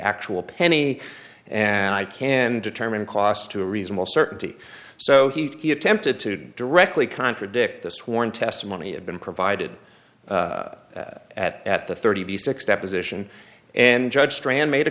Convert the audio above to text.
actual penny and i can determine cost to a reasonable certainty so he attempted to directly contradict the sworn testimony had been provided at at the thirty six deposition and judge strand made a